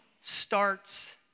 starts